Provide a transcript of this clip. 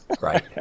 Right